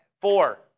Four